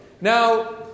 Now